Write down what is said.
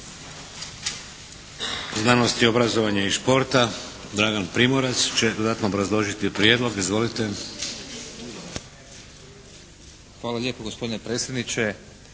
znanosti, obrazovanja i športa, Dragan Primorac će dodatno obrazložiti prijedlog. Izvolite. **Primorac, Dragan** Hvala lijepo gospodine predsjedniče.